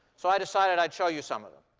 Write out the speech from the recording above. so i decided i'd show you some of them.